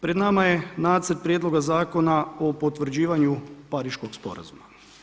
Pred nama je Nacrt prijedloga zakona o potvrđivanju Pariškog sporazuma.